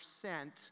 percent